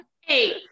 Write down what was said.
Hey